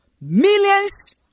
millions